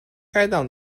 该党